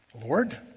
Lord